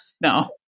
No